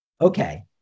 okay